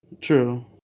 True